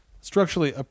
structurally